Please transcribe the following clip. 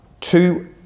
Two